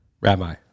Rabbi